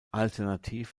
alternativ